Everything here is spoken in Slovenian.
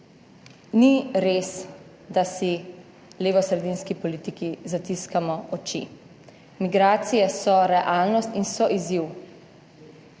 Ni res, da si levosredinski politiki zatiskamo oči. Migracije so realnost in so izziv.